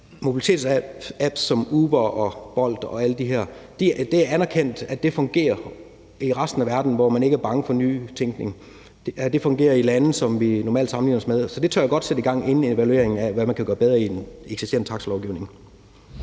mobilitetsapps som Uber og Bolt osv. fungerer i resten af verden, hvor man ikke er bange for nytænkning. Ja, det fungerer i lande, som vi normalt sammenligner os med. Så det tør jeg godt sætte i gang inden en evaluering af, hvad man kan gøre bedre i den eksisterende taxalovgivning.